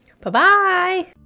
bye-bye